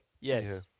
yes